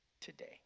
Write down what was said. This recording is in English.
Today